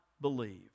believe